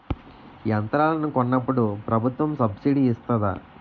యంత్రాలను కొన్నప్పుడు ప్రభుత్వం సబ్ స్సిడీ ఇస్తాధా?